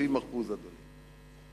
30%, אדוני.